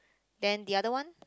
then the other one